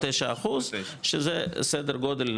או תשע אחוז שזה סדר גודל,